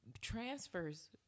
transfers